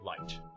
light